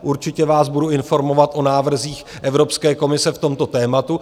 Určitě vás budu informovat o návrzích Evropské komise v tomto tématu.